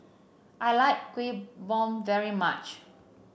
I like Kuih Bom very much